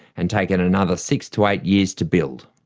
and taken another six to eight years to build.